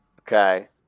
Okay